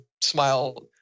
smile